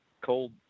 cold